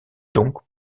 donc